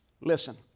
Listen